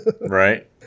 Right